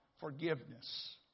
forgiveness